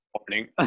opening